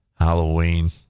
Halloween